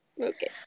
Okay